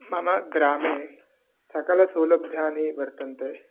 मम ग्रामे सकलसौलभ्यानि वर्तन्ते